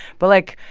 but, like,